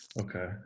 Okay